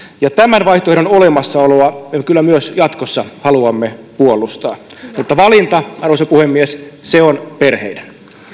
ja tämän vaihtoehdon olemassaoloa me kyllä myös jatkossa haluamme puolustaa mutta valinta arvoisa puhemies se on perheiden